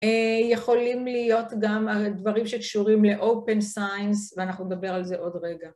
אה... יכולים להיות גם הדברים שקשורים לאופן סיינס ואנחנו נדבר על זה עוד רגע.